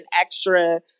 extra